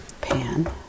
pan